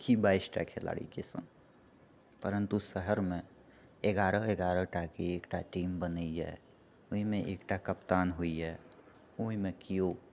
कि बाइसटा खेलाड़ीके सङ्ग परन्तु शहरमे एगारह एगारहटाके एकटा टीम बनैए ओहिमे एकटा कप्तान होइए ओहिमे केओ